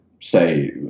say